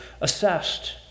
assessed